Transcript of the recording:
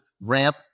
ramp